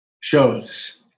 shows